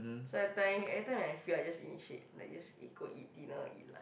certain every time I feel I just initiate like just eat go eat dinner eat lah